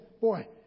boy